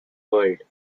world